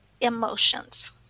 emotions